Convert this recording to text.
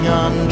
on